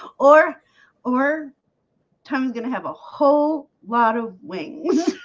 or or tom's gonna have a whole lot of wings